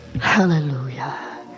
Hallelujah